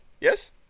Yes